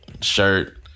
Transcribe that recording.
shirt